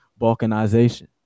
balkanization